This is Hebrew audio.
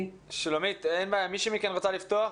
גם לצוותים,